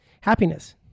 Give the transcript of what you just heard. happiness